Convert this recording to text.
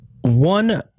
one